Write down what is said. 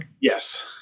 Yes